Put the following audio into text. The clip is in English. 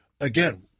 again